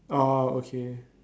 orh okay